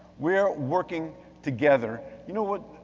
we're working together. you know what?